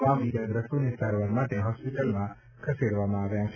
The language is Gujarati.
તમામ ઇજાગ્રસ્તોને સારવાર માટે હોસ્પિટલમાં ખસેડવામાં આવ્યા છે